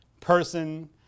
person